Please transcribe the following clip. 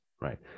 right